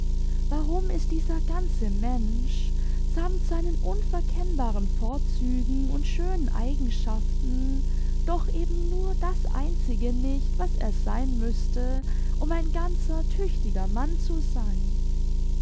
warum ist dieser ganze mensch sammt seinen unverkennbaren vorzügen und schönen eigenschaften doch eben nur das einzige nicht was er sein müßte um ein ganzer tüchtiger mann zu sein